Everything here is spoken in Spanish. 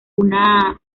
una